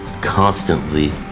constantly